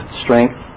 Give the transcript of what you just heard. strength